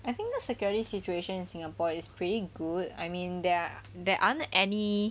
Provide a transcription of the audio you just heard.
I think the security situation in singapore is pretty good I mean there are there aren't any